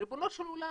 ריבונו של עולם,